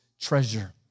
treasure